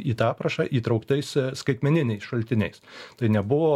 į tą aprašą įtrauktais skaitmeniniais šaltiniais tai nebuvo